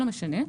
לא משנה,